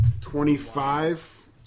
Twenty-five